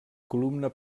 columna